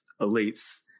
elites